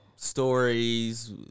Stories